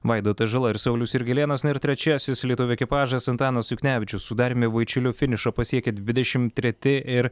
vaidotas žala ir saulius jurgelėnas na ir trečiasis lietuvių ekipažas antanas juknevičius su dariumi vaičiuliu finišą pasiekė dvidešim treti ir